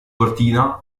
cortina